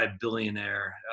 billionaire